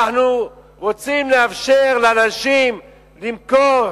אנחנו רוצים לאפשר לאנשים למכור